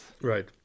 Right